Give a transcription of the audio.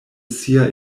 sia